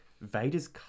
Vader's